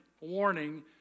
warning